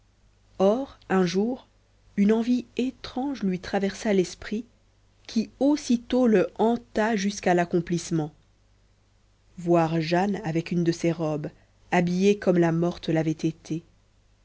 or un jour une envie étrange lui traversa l'esprit qui aussitôt le hanta jusqu'à l'accomplissement voir jane avec une de ces robes habillée comme la morte l'avait été